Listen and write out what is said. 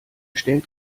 stellt